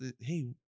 hey